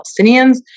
Palestinians